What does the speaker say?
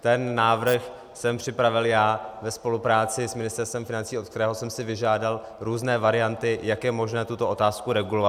Ten návrh jsem připravil já ve spolupráci s Ministerstvem financí, od kterého jsem si vyžádal různé varianty, jak je možné tuto otázku regulovat.